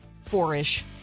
four-ish